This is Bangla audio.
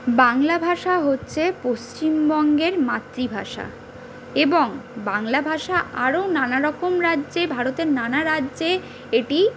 বাংলা ভাষা হচ্ছে পশ্চিমবঙ্গের মাতৃভাষা এবং বাংলা ভাষা আরও নানা রকম রাজ্যে ভারতের নানা রাজ্যে এটি